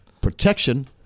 protection